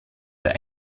der